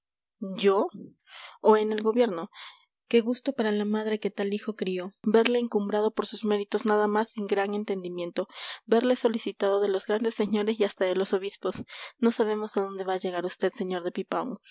yo o en el gobierno qué gusto para la madre que tal hijo crió verle encumbrado por sus méritos nada más y gran entendimiento verle solicitado de los grandes señores y hasta de los obispos no sabemos a dónde va a llegar vd sr de pipaón